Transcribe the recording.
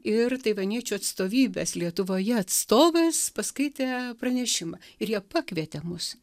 ir taivaniečių atstovybės lietuvoje atstovas paskaitė pranešimą ir jie pakvietė mus